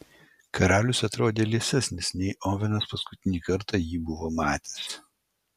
karalius atrodė liesesnis nei ovenas paskutinį kartą jį buvo matęs